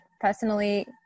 personally